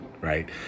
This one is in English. right